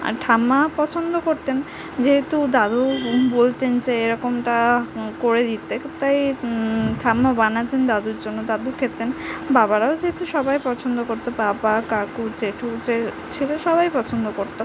আর ঠাম্মা পছন্দ করতেন যেহেতু দাদু বলতেন যে এরকমটা করে দিতে তাই ঠাম্মা বানাতেন দাদুর জন্য দাদু খেতেন বাবারাও যেহেতু সবাই পছন্দ করত বাবা কাকু জেঠু যে ছিল সবাই পছন্দ করত